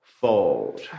Fold